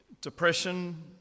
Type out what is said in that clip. depression